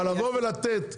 אבל לבוא ולתת אפשרות,